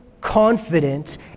confident